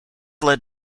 led